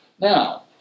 Now